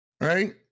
right